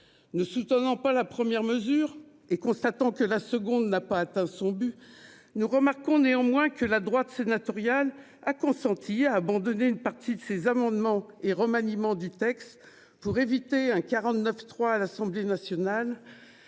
Ne soutenant pas la première mesure, et constatant que la seconde n'a pas atteint son but, nous remarquons néanmoins que la droite sénatoriale a consenti à abandonner une partie de ses amendements et remaniements du texte pour éviter un 49.3 à l'Assemblée nationale,